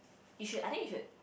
you should I think you should